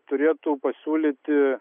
turėtų pasiūlyti